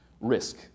risk